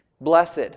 Blessed